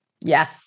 Yes